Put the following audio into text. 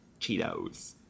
Cheetos